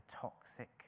toxic